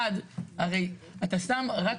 הרי אתה שם רק